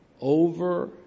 over